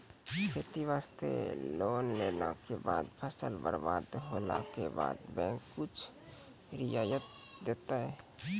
खेती वास्ते लोन लेला के बाद फसल बर्बाद होला के बाद बैंक कुछ रियायत देतै?